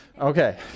Okay